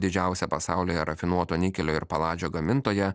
didžiausia pasaulyje rafinuoto nikelio ir paladžio gamintoja